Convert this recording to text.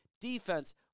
Defense